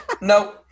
no